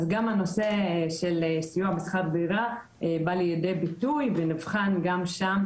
אז גם הנושא של סיוע בשכר דירה בא לידי ביטוי ונבחן גם שם,